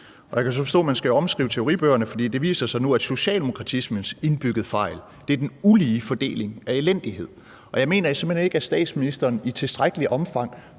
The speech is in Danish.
Jeg kan så forstå, at man skal omskrive teoribøgerne, for det viser sig nu, at socialdemokratismens indbyggede fejl er den ulige fordeling af elendighed. Jeg mener simpelt hen ikke, at statsministeren i tilstrækkelig omfang